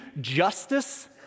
justice